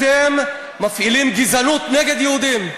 אתם מפעילים גזענות נגד יהודים.